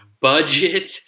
budget